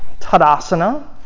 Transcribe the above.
tadasana